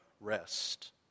rest